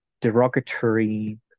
derogatory